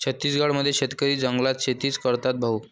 छत्तीसगड मध्ये शेतकरी जंगलात शेतीच करतात भाऊ